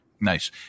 Nice